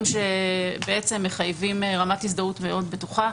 שבעצם מחייבים רמת הזדהות מאוד בטוחה,